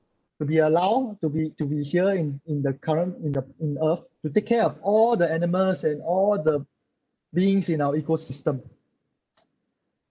to be allowed to be to be here in in the current in the in earth to take care of all the animals and all the beings in our ecosystem